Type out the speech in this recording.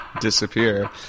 disappear